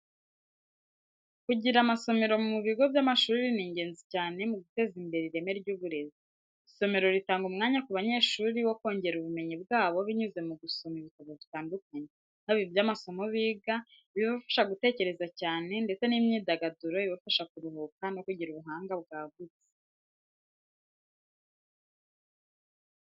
Kugira amasomero mu bigo by’amashuri ni ingenzi cyane mu guteza imbere ireme ry’uburezi. Isomero ritanga umwanya ku banyeshuri wo kongera ubumenyi bwabo binyuze mu gusoma ibitabo bitandukanye, haba iby’amasomo biga, ibibafasha gutekereza cyane, ndetse n’iby’imyidagaduro ibafasha kuruhuka no kugira ubuhanga bwagutse.